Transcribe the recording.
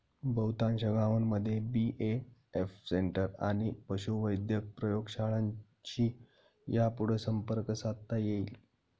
बहुतांश गावांमध्ये BAF centre आणि पशुवैद्यक प्रयोगशाळांशी यापुढं संपर्क साधता येईल